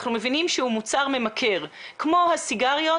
אנחנו מבינים שהוא מוצר ממכר כמו הסיגריות